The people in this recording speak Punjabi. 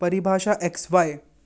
ਪਰਿਭਾਸ਼ਾ ਐਕਸ ਵਾਏ